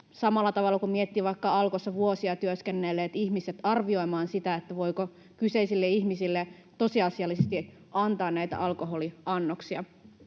samalla tavalla, kun miettii vaikka Alkossa vuosia työskennelleitä ihmisiä, arvioida sitä, voiko kyseisille ihmisille tosiasiallisesti antaa näitä alkoholiannoksia?